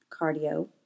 cardio